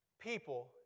people